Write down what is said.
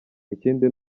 ikindi